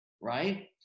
right